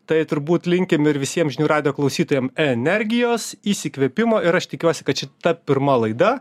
tai turbūt linkim ir visiems žinių radijo klausytojam energijos įsikvėpimo ir aš tikiuosi kad šita pirma laida